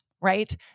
right